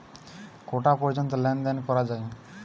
কটা পর্যন্ত লেন দেন করা য়ায়?